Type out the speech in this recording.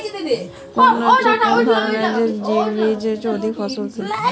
কোন ধানের বীজ অধিক ফলনশীল?